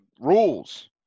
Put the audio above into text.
rules